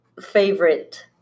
favorite